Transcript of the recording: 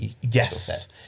Yes